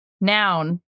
noun